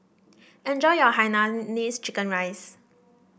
enjoy your Hainanese Chicken Rice